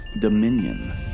Dominion